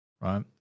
right